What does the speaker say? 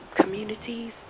communities